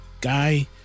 Guy